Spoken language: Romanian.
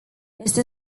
este